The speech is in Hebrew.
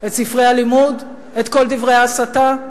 את ספרי הלימוד, את כל דברי ההסתה.